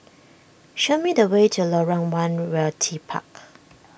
show me the way to Lorong one Realty Park